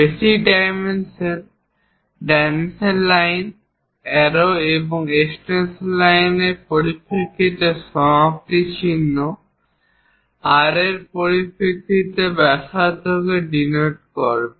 basic dimension dimension line arrow এবং extension লাইনর পরিপ্রেক্ষিতে সমাপ্তি চিহ্ন R এর পরিপ্রেক্ষিতে ব্যাসার্ধ কে ডিনোট করবে